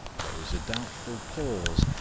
there was a doubtful pause,